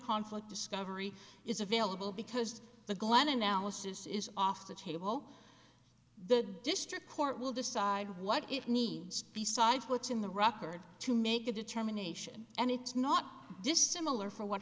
conflict discovery is available because the glan analysis is off the table the district court will decide what it needs besides what's in the rocker to make a determination and it's not dissimilar from what